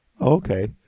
Okay